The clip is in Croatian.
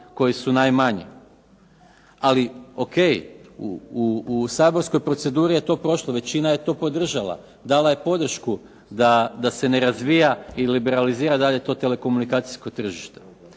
koji su najmanji. Ali, ok, u saborskoj proceduri je to prošlo, većina je to podržala dala je podršku da se ne razvija i liberalizira dalje to telekomunikacijsko tržište